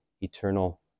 eternal